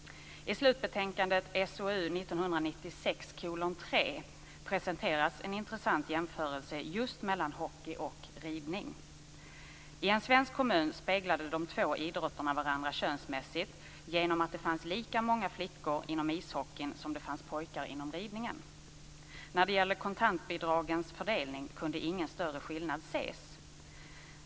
I slutbetänkandet SOU 1996:3 presenteras en intressant jämförelse just mellan hockey och ridning. I en svensk kommun speglade de två idrotterna varandra könsmässigt genom att det fanns lika många flickor inom ishockeyn som det fanns pojkar inom ridningen. När det gäller kontantbidragens fördelning kunde ingen större skillnad ses.